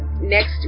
next